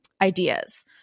ideas